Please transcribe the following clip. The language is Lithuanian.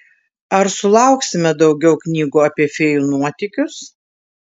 ar sulauksime daugiau knygų apie fėjų nuotykius